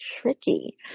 tricky